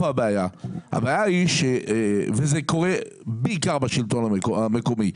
איפה הבעיה וזה קורה בעיקר בשלטון המקומי.